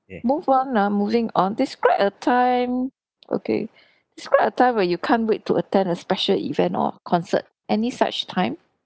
move on ah moving on describe a time okay describe a time when you can't wait to attend a special event or concert any such time